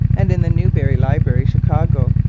and in the newberry library chicago.